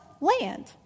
land